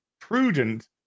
prudent